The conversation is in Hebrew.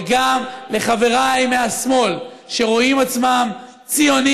וגם לחבריי מהשמאל שרואים עצמם ציונים,